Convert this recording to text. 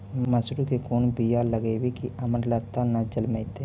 मसुरी के कोन बियाह लगइबै की अमरता न जलमतइ?